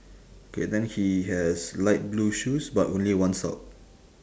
okay then he has light blue shoes but only one sock